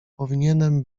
powinienem